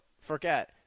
forget